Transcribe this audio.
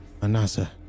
Anasa